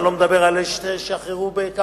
ואני לא מדבר על אלה שהשתחררו בקב"ן,